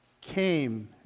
came